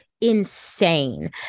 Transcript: insane